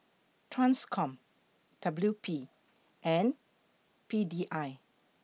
TRANSCOM W P and P D I